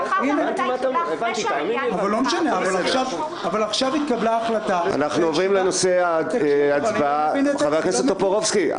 --- אבל עכשיו התקבלה החלטה -- חבר הכנסת טופורובסקי,